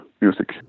music